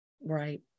Right